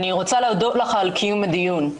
אני רוצה להודות לך על קיום הדיון.